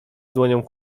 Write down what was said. dłonią